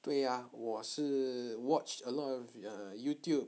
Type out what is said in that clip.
对 ah 我是 watched a lot of err youtube